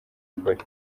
polly